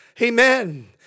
Amen